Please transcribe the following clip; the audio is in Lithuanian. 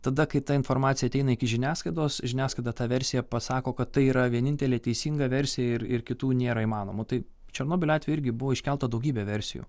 tada kai ta informacija ateina iki žiniasklaidos žiniasklaida tą versiją pasako kad tai yra vienintelė teisinga versija ir ir kitų nėra įmanoma tai černobylio atveju irgi buvo iškelta daugybė versijų